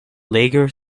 lager